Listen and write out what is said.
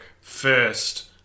first